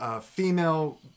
Female